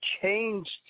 changed